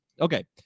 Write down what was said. Okay